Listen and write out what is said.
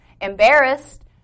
Embarrassed